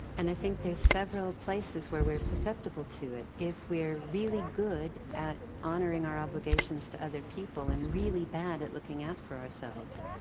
and i think there's several places where we're susceptible to it. if we're really good at honouring our obligations to other people, and really bad a looking out for ourselves,